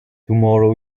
tomorrow